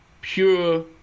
pure